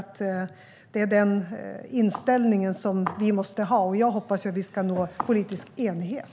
Det är den inställningen vi måste ha. Jag hoppas att vi ska nå politisk enighet.